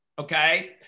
okay